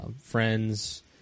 Friends